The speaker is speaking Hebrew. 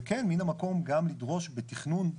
וכן, מן המקום גם לדרוש בתכנון.